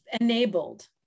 enabled